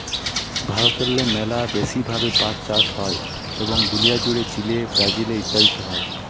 ভারতেল্লে ম্যালা ব্যাশি ভাবে পাট চাষ হ্যয় এবং দুলিয়া জ্যুড়ে চিলে, ব্রাজিল ইত্যাদিতে হ্যয়